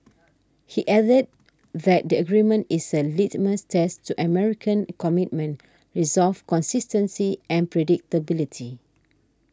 he added that the agreement is a litmus test to American commitment resolve consistency and predictability